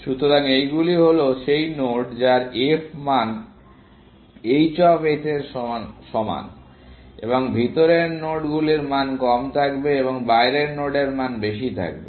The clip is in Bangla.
সুতরাং এইগুলি হল সেই নোড যার f মান h অফ s এর মানের সমান এবং ভিতরের নোডগুলি মান কম থাকবে এবং বাইরের নোডের মান বেশি থাকবে